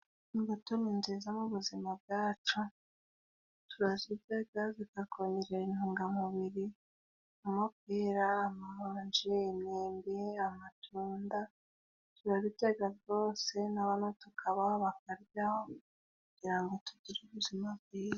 Imbuto ni nziza mu buzima bwacu, turaziryaga zikakongerera intungamubiri amapera, amaronji, imyembe, amatunda turabiryaga rwose n'abana tukabaha bakaryaho kugira ngo tugire ubuzima bwiza.